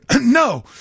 no